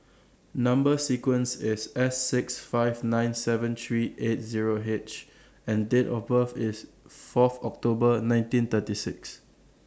Number sequence IS S six five nine seven three eight Zero H and Date of birth IS Fourth October nineteen thirty six